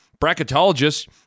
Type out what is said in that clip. bracketologists